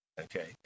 Okay